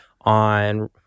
on